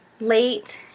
late